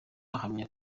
ahamya